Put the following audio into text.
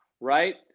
right